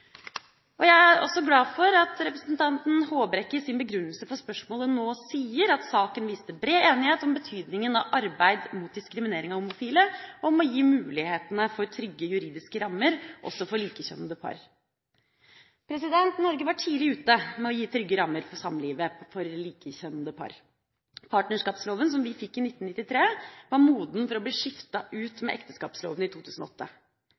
Jeg er også glad for at representanten Håbrekke i sin begrunnelse for spørsmålet nå sier at saken viste bred enighet om betydningen av arbeid mot diskriminering av homofile, og om å gi mulighetene for trygge juridiske rammer også for likekjønnede par. Norge var tidlig ute med å gi trygge rammer for samlivet for likekjønnede par. Partnerskapsloven, som vi fikk i 1993, var moden for å bli skiftet ut med ekteskapsloven i 2008.